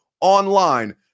online